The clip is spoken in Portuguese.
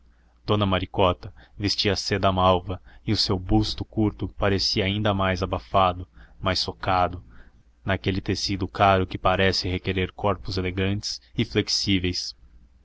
dona maricota vestia seda malva e o seu busto curto parecia ainda mais abafado mais socado naquele tecido caro que parece requerer corpos elegantes e flexíveis